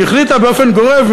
היא החליטה באופן גורף,